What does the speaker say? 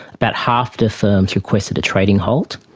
about half the firms requested a trading halt,